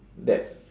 that